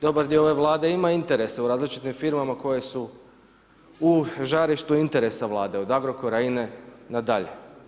Dobar dio ove Vlade ima interese u različitim firmama koje su u žarištu interesa Vlade, od Agrokora, INA-e, na dalje.